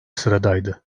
sıradaydı